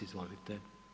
Izvolite.